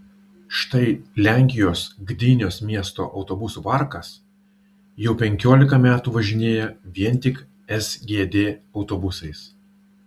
štai lenkijos gdynios miesto autobusų parkas jau penkiolika metų važinėja vien tik sgd autobusais